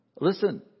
Listen